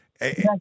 Yes